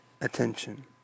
attention